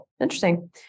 Interesting